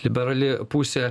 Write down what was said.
liberali pusė